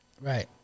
Right